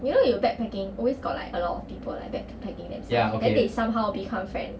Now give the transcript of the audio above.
you know you backpacking always got like a lot of people like backpacking and stuff then they somehow become friend